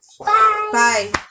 Bye